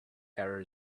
error